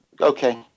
okay